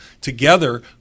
together